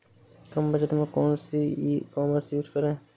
कम budget में कौन सी ई कॉमर्स यूज़ करें?